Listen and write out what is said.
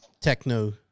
techno